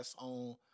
on